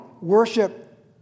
worship